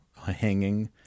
hanging